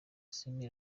semi